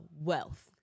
wealth